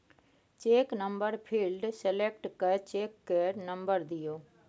cheque number field select कए check केर number दियौ